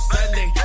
Sunday